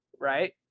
Right